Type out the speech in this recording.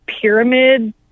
pyramid